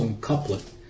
couplet